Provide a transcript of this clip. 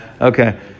Okay